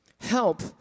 Help